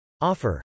Offer